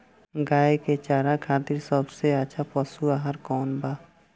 गाय के चारा खातिर सबसे अच्छा पशु आहार कौन बा?